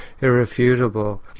irrefutable